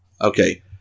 Okay